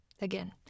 Again